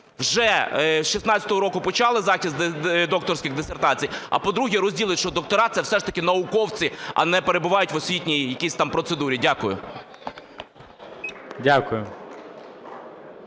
вже з 16-го року почали захист докторських дисертацій, а, по-друге, розділить, що докторат – це все ж таки науковці, а не перебувають в освітній якійсь там процедурі. Дякую.